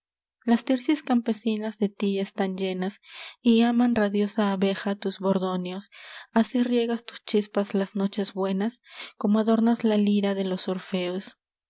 las tirsis campesinas de ti están llenas y aman radiosa abeja tus bordoneos así riegas tus chispas las nochebuenas como adornas la lira de los orfeos